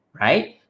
right